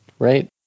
Right